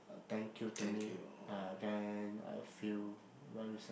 thank you to me and then I feel very satisfied